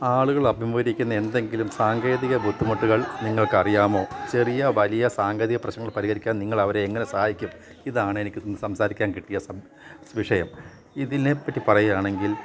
ആളുകൾ അഭിമുഖീകരിക്കുന്ന എന്തെങ്കിലും സാങ്കേതിക ബുദ്ധിമുട്ടുകൾ നിങ്ങൾക്ക് അറിയാമോ ചെറിയ വലിയ സാങ്കേതിക പ്രശ്നങ്ങൾ പരിഹരിക്കാൻ നിങ്ങൾ അവരെ എങ്ങനെ സഹായിക്കും ഇതാണ് എനിക്ക് സംസാരിക്കാൻ കിട്ടിയ വിഷയം ഇതിനെപ്പറ്റി പറയുകയാണെങ്കിൽ